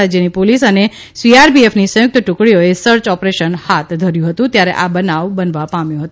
રાજ્યની પોલીસ અને સીઆરપીએફની સંયુક્ત ટુકડીઓએ સર્ય ઓપરેશન હાથ ધર્યું હતુ ત્યારે આ બનાવ બનવા પામ્યો હતો